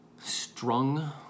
strung